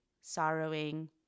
sorrowing